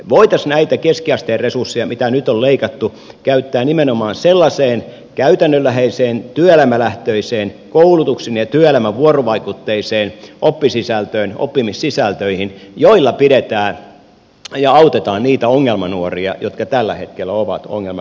voitaisiin näitä keskiasteen resursseja mitä nyt on leikattu käyttää nimenomaan sellaisiin käytännönläheisiin työelämälähtöisiin koulutuksen ja työelämän vuorovaikutteisiin oppimissisältöihin joilla autetaan niitä ongelmanuoria jotka tällä hetkellä ovat ongelmanuoria